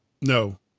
No